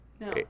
No